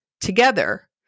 Together